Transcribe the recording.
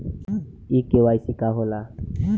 इ के.वाइ.सी का हो ला?